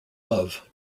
love